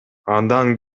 андан